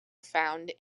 found